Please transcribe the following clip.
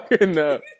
enough